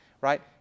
Right